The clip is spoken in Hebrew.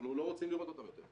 אנחנו לא רוצים לראות אותן יותר.